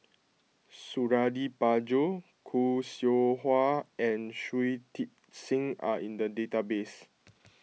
Suradi Parjo Khoo Seow Hwa and Shui Tit Sing are in the database